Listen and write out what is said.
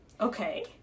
Okay